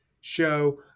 show